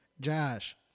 Josh